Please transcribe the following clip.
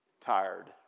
tired